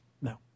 No